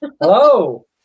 Hello